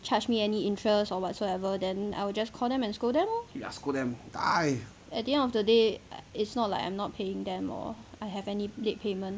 charged me any interest or whatsoever then I will just call them and scold them lor at the end of the day is not like I'm not paying them or I have any late payment